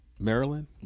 Maryland